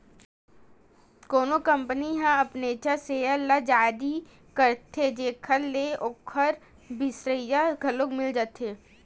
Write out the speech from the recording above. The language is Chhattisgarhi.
कोनो कंपनी ह अपनेच सेयर ल जारी करथे जेखर ले ओखर बिसइया घलो मिल जाथे